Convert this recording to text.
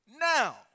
now